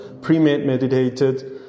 premeditated